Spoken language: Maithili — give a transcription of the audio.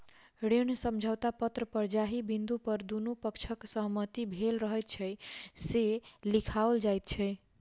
ऋण समझौता पत्र पर जाहि बिन्दु पर दुनू पक्षक सहमति भेल रहैत छै, से लिखाओल जाइत छै